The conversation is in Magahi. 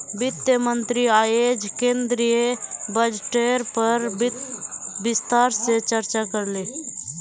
वित्त मंत्री अयेज केंद्रीय बजटेर पर विस्तार से चर्चा करले